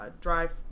drive